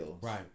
Right